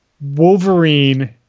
Wolverine